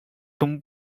东部